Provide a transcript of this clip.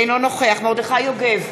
אינו נוכח מרדכי יוגב,